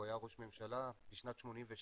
הוא היה ראש הממשלה ובשנת 82'